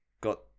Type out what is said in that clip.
got